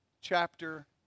chapter